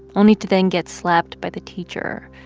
only to then get slapped by the teacher.